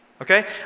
Okay